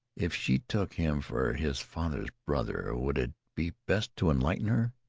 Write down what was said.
if she took him for his father's brother, would it be best to enlighten her?